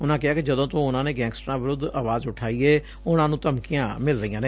ਉਨੂਂ ਕਿਹਾ ਕਿ ਜਦੋਂ ਤੋਂ ਉਨੂਂ ਨੇ ਗੈਂਗਸਟਰਾਂ ਵਿਰੁੱਧ ਆਵਾਜ਼ ਉਠਾਈ ਏ ਉਨ੍ਹਾਂ ਨੂੰ ਧਮਕੀਆਂ ਮਿਲ ਰਹੀਆਂ ਨੇ